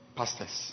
pastors